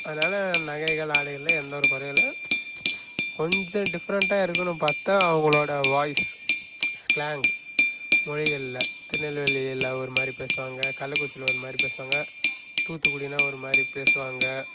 அதனால நகைகள் ஆடைகளில் எந்த ஒரு குறையும் இல்லை கொஞ்சம் டிஃப்ரண்ட்டாக இருக்கும்னு பார்த்தா அவங்களோட வாய்ஸ் ஸ்லாங் மொழிகளில் திருநெல்வேலியில் ஒரு மாதிரி பேசுவாங்க கள்ளக்குறிச்சியில் ஒரு மாதிரி பேசுவாங்க தூத்துகுடின்னால் ஒரு மாதிரி பேசுவாங்க